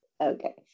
Okay